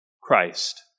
Christ